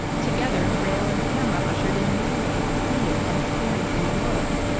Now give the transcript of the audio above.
together, rail and camera ushered in new ways of seeing and experiencing the world.